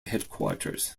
headquarters